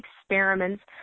experiments